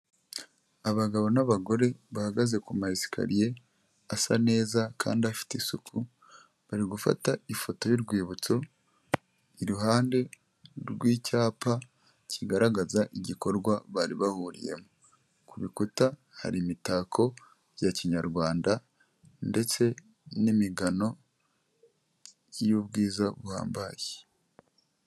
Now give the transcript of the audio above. Abagabo n'abagore bahagaze ku ma esikariye asa neza kandi afite isuku. Bari gufata ifoto y'urwibutso, iruhande rw'icyapa kigaragaza igikorwa bari bahuriyemo. Ku bikuta hari imitako ya Kinyarwanda ndetse n'imigano y'ubwiza buhambaye.